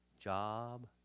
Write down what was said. job